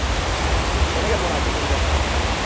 কেনেকৈ বনাৱ ভোট জলকীয়া আচাৰটো